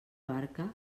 barca